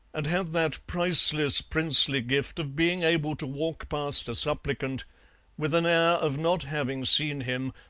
and had that priceless princely gift of being able to walk past a supplicant with an air of not having seen him,